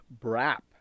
brap